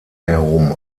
herum